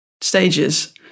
stages